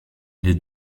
les